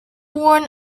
born